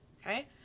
Okay